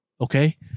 Okay